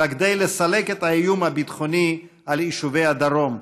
אלא כדי לסלק את האיום הביטחוני על יישובי הדרום,